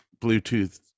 Bluetooth